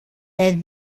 had